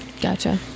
gotcha